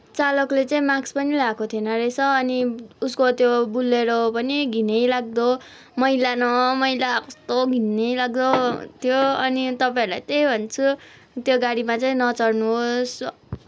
चालकले चाहिँ मास्क पनि लाएको थिएन रहेछ अनि उसको त्यो बुलेरो पनि घिनैलाग्दो मैला न मैला कस्तो घिनैलाग्दो थियो अनि तपाईँहरूलाई त्यही भन्छु त्यो गाडीमा चाहिँ नचढ्नुहोस्